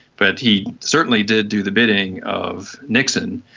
but he certainly did do the bidding of nixon.